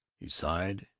he sighed,